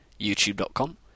youtube.com